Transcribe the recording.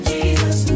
Jesus